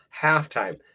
halftime